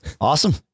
Awesome